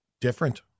different